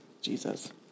Jesus